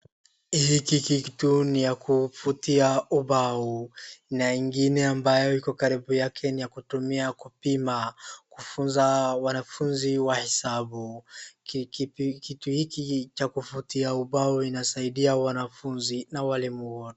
Hiki kiti ni ya kufutia umbao. Na inine ambayo iko karinu yake ni ya kutumia kupima kufunza wanafunzi wa hesabu. Kitu hiki cha kufutia umbao kinasaidia wanafunzi na walimu wote.